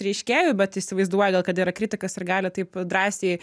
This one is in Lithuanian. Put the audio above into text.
reiškėju bet įsivaizduoja gal kad yra kritikas ir gali taip drąsiai